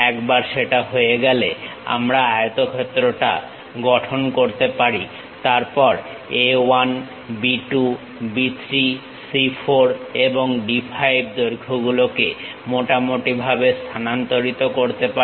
একবার সেটা হয়ে গেলে আমরা আয়তক্ষেত্রটা গঠন করতে পারি তারপর A 1 B 2 B 3 C 4 এবং D 5 দৈর্ঘ্যগুলোকে মোটামুটি ভাবে স্থানান্তরিত করতে পারি